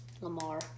Lamar